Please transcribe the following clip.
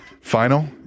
Final